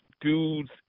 dude's